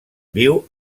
viu